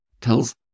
tells